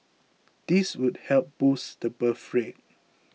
this would help boost the birth rate